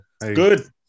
good